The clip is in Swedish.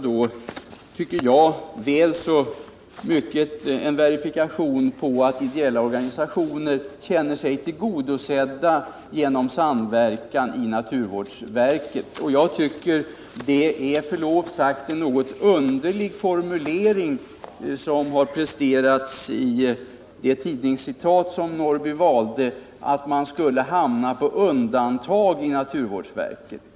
Det tycker jag väl så mycket är en verifikation på att ideella organisationer känner sig tillgodo Jag tycker med förlov sagt att det är en något underlig formulering som presterats i den tidningsartikel som Karl-Eric Norrby citerade, nämligen att man skulle hamna på undantag i naturvårdsverket.